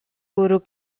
bwrw